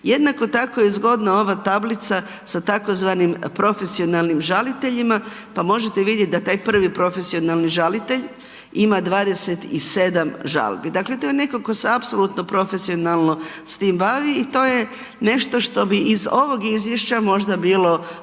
Jednako tako je zgodna ova tablica sa tzv. profesionalnim žaliteljima pa možete vidjeti da taj prvi profesionalni žalitelj ima 27 žalbi, dakle to je netko tko se apsolutno profesionalno s tim bavi i to je nešto što bi iz ovog izvješća možda bilo